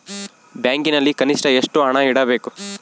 ಬ್ಯಾಂಕಿನಲ್ಲಿ ಕನಿಷ್ಟ ಎಷ್ಟು ಹಣ ಇಡಬೇಕು?